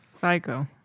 Psycho